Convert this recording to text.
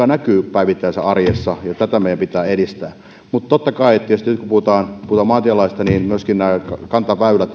näkyy päivittäisessä arjessa ja tätä meidän pitää edistää mutta totta kai nyt kun puhutaan maantielaista myöskin kantaväylien